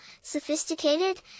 sophisticated